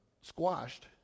squashed